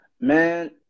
man